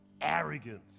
Arrogance